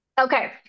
Okay